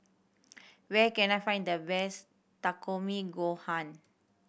where can I find the best Takikomi Gohan